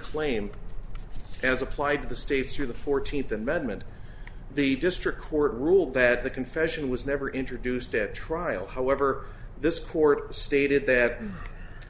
claim as applied to the states or the fourteenth amendment the district court ruled that the confession was never introduced at trial however this court stated that